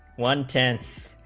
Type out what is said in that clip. one tenth